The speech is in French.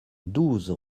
douze